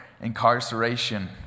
incarceration